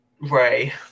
Ray